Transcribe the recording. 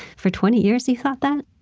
for twenty years you thought that?